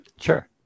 Sure